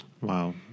Wow